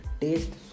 taste